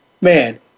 man